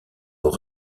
aux